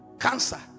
cancer